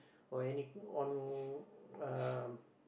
or any on uh